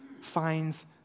finds